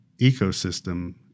ecosystem